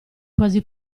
quasi